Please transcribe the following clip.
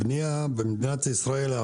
הבניה במדינת ישראל,